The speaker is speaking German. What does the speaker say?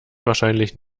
wahrscheinlich